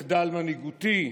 מחדל מנהיגותי.